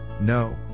no